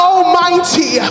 Almighty